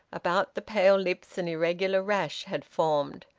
about the pale lips an irregular rash had formed,